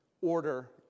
order